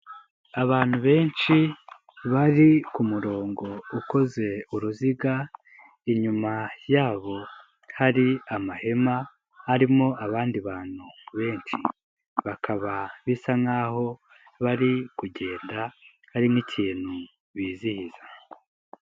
Abantu benshi bari ku murongo ukoze uruziga inyuma yabo hari amahema harimo abandi bantu benshi, bakaba bisa nkaho bari kugenda hari n'ikintu bizihiza.